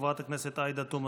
חברת הכנסת עאידה תומא